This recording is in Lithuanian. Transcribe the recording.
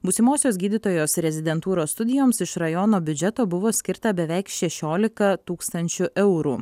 būsimosios gydytojos rezidentūros studijoms iš rajono biudžeto buvo skirta beveik šešiolika tūkstančių eurų